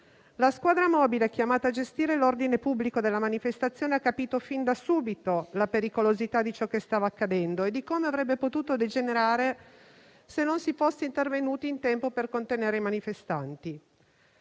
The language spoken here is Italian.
La squadra mobile chiamata a gestire l'ordine pubblico della manifestazione ha capito fin da subito la pericolosità di ciò che stava accadendo e come avrebbe potuto degenerare se non si fosse intervenuti in tempo per contenere i manifestanti.